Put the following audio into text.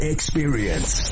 Experience